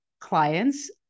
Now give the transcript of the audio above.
clients